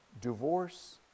divorce